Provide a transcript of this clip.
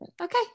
okay